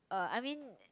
uh I mean